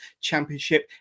Championship